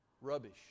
Rubbish